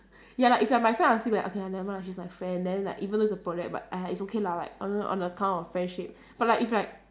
ya like if you are my friend I'll still be like okay lah never mind lah she's my friend then like even though it's a project but !aiya! it's okay lah like on on account of friendship but like if like